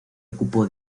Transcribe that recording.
ocupó